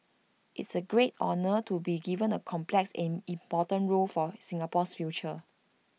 it's A great honour to be given A complex and important role for Singapore's future